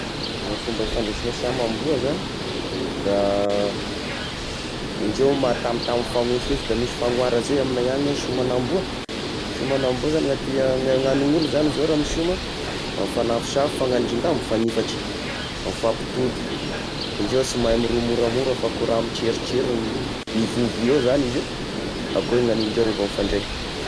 Ny fomba ifandraisagn'ny samy amboa zagny, da indreo mahatamitamy mifagnosihosy da misy fagnohara izay amignay agny: sômagn'amboa, sômagn'amboa zagny raha tia, na ny raha ny olo zany zao raha misôma ,ah mifanafosafo, fagnangin-drambo, mifanifatry mifampitolo, indreo sy mahay miroho moramora fa ko raha mitrerotrerony mivovoa eo izany indreo, akoa nany indreo reheva mifandray.